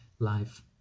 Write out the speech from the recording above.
life